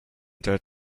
turned